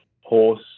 horse